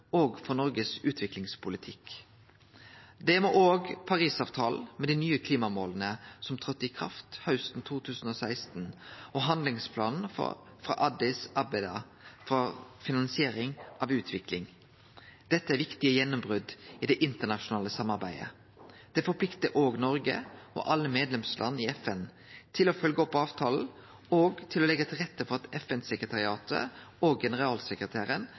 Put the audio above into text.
for Noregs utviklingspolitikk. Det må òg Paris-avtalen med dei nye klimamåla som tredde i kraft hausten 2016, og handlingsplanen frå Addis Abeba for finansiering av utvikling. Dette er viktige gjennombrot i det internasjonale samarbeidet. Det forpliktar òg Noreg og alle medlemslanda i FN til å følgje opp avtalen og til å leggje til rette for at FN-sekretariatet og generalsekretæren